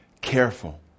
careful